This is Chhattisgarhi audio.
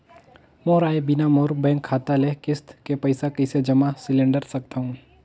मोर आय बिना मोर बैंक खाता ले किस्त के पईसा कइसे जमा सिलेंडर सकथव?